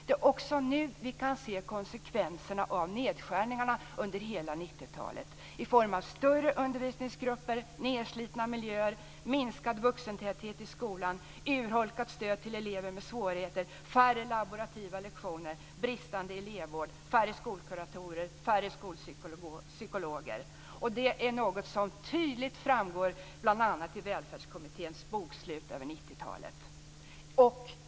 Det är också nu vi kan se konsekvenserna av nedskärningarna under hela 90-talet i form av större undervisningsgrupper, nedslitna miljöer, minskad vuxentäthet i skolan, urholkat stöd till elever med svårigheter, färre laborativa lektioner, bristande elevvård, färre skolkuratorer, färre skolpsykologer. Det är något som tydligt framgår bl.a. i Välfärdskommitténs Bokslut över 90-talet.